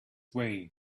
way